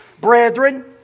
brethren